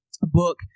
book